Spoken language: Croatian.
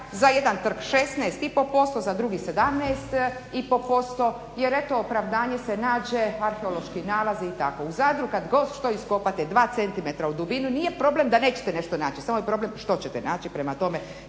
za jedan trg 16,5% za drugi 17,5% jer eto opravdanje se nađe arheološki nalazi i tako. U Zadru kad god što iskopate, 2 cm u dubinu, nije problem da nećete nešto naći samo je problem što ćete naći. Prema tome,